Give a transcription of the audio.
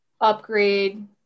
upgrade